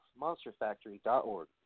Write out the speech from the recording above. Monsterfactory.org